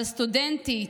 אבל סטודנטית,